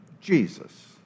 Jesus